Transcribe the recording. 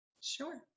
Sure